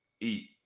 eat